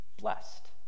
blessed